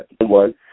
one